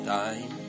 time